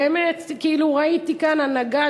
באמת ראיתי כאן הנהגה,